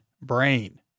brain